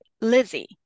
Lizzie